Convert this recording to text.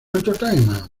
entertainment